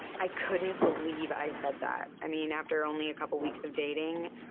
i couldn't believe i said that. i mean, after only a couple weeks of dating,